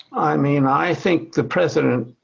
i mean i think the president